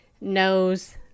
knows